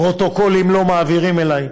פרוטוקולים לא מעבירים אלי.